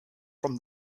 from